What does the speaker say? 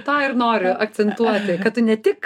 tą ir noriu akcentuoti kad tu ne tik